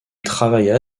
travailla